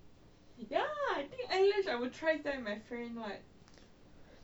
ya I think I use I will try to you my friend right